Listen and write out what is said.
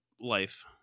life